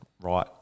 right